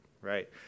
right